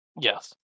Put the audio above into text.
yes